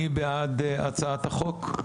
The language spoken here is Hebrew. מי בעד הצעת החוק?